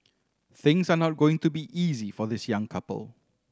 things are not going to be easy for this young couple